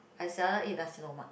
I seldom eat Nasi-Lemak